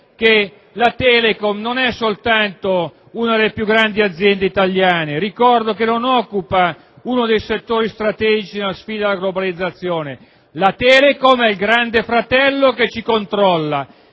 che la Telecom non è soltanto una delle più grandi aziende italiane, non occupa soltanto uno dei settori strategici nella sfida della globalizzazione: la Telecom è il grande fratello che ci controlla.